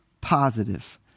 positive